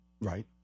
Right